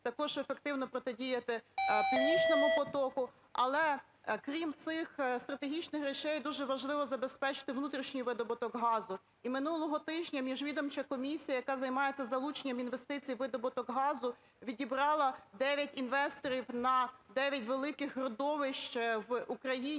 Також ефективно протидіяти "Північному потоку". Але крім цих стратегічних речей дуже важливо забезпечити внутрішній видобуток газу. І минулого тижня Міжвідомча комісія, яка займається залученням інвестицій у видобуток газу, відібрала 9 інвесторів на 9 великих родовищ в Україні.